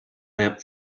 lamp